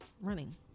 running